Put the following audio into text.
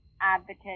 advocate